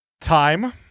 time